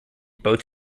both